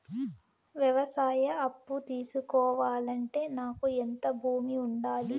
వ్యవసాయ అప్పు తీసుకోవాలంటే నాకు ఎంత భూమి ఉండాలి?